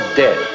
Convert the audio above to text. dead